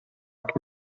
jak